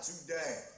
today